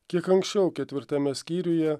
kiek anksčiau ketvirtame skyriuje